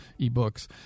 eBooks